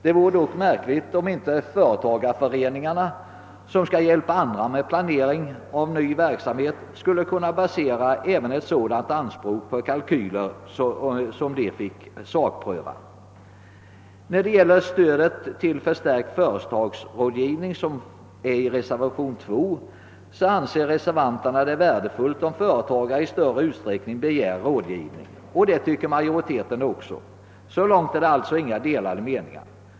Det vore dock märkligt om inte företagareföreningarna, som skall hjälpa andra med planering av ny verksamhet, skulle kunna basera även ett sådant anspråk på kalkyler som kunde sakprövas. När det gäller stödet till förstärkt företagsrådgivning — reservationen 2 — anser reservanterna det värdefullt, om företagare i större utsträckning begär rådgivning, och detta är även utskottsmajoritetens uppfattning. Härvidlag är alltså inte meningarna delade.